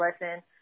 lesson